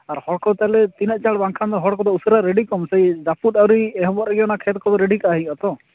ᱦᱩᱸ ᱟᱨ ᱦᱚᱲ ᱠᱚ ᱛᱟᱦᱚᱞᱮ ᱛᱤᱱᱟᱹᱜ ᱪᱟᱬ ᱵᱟᱝᱠᱷᱟᱱ ᱫᱚ ᱦᱚᱲ ᱠᱚᱫᱚ ᱩᱥᱟᱹᱨᱟ ᱨᱮᱰᱤ ᱠᱚᱢ ᱥᱮᱹᱭ ᱡᱟᱹᱯᱩᱫ ᱟᱣᱨᱤ ᱮᱦᱚᱵᱚᱜ ᱨᱮᱜᱮ ᱚᱱᱟ ᱠᱷᱮᱛ ᱠᱚᱫᱚ ᱨᱮᱰᱤ ᱠᱟᱜ ᱦᱩᱭᱩᱜᱼᱟ ᱛᱚ